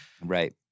Right